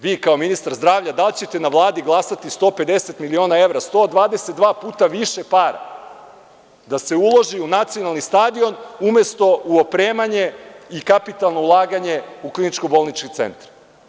Vi, kao ministar zdravlja, da li ćete na Vladi glasati 150 miliona evra, 122 puta više para da se uloži u nacionalni stadion umesto u opremanje i kapitalno ulaganje u kliničko-bolničke centre?